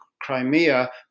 Crimea